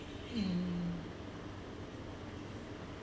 mm